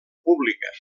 pública